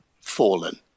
fallen